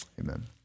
Amen